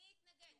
מי התנגד?